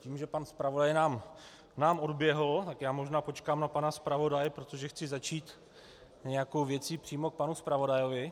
Tím, že pan zpravodaj nám odběhl, tak já možná počkám na pana zpravodaje, protože chci začít nějakou věcí přímo k panu zpravodajovi.